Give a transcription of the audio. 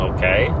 Okay